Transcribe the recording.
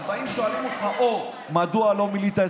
אז באים ושואלים אותך מדוע לא מילאת,